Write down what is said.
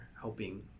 helping—